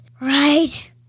right